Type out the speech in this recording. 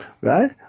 right